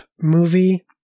movie